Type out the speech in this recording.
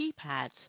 keypads